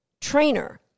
trainer